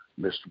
Mr